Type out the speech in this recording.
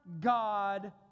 God